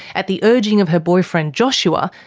at the urging of her boyfriend joshua,